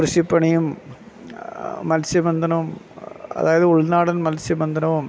കൃഷിപ്പണിയും മൽസ്യ ബന്ധനവും അതായത് ഉൾനാടൻ മൽസ്യ ബന്ധനവും